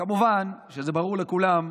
כמובן שברור לכולם,